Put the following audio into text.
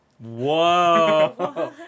Whoa